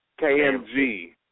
KMG